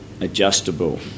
adjustable